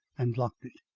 and locked it.